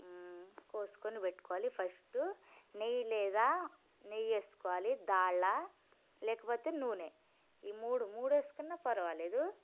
కోసుకొని పెట్టుకోవాలి ఫస్ట్ నెయ్యి లేదా నెయ్యి వేసుకోవాలి డాల్డా లేకపోతే నూనె ఈ మూడు మూడు వేసుకున్నా పర్వాలేదు